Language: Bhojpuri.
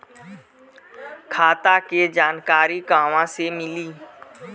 खाता के जानकारी कहवा से मिली?